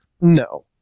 no